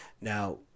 Now